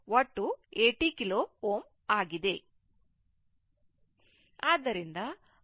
ಆದ್ದರಿಂದ ಇದು 60e 25 t ಆಗಿರುತ್ತದೆ